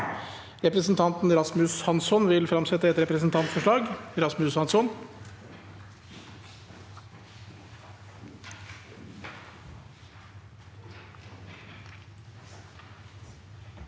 Representanten Rasmus Hansson vil fremsette et representantforslag.